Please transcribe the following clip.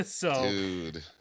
Dude